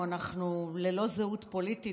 אנחנו ללא זהות פוליטית,